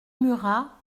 murat